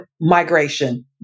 Migration